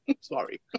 Sorry